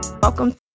Welcome